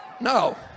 No